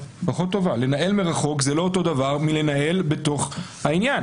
לנהל מרחוק זה לא אותו דבר כמו לנהל בתוך העניין.